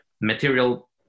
material